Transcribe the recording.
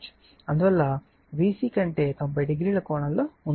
అందువల్ల I VC కంటే 90 డిగ్రీల కోణంతో ముందుంది అని రాశాము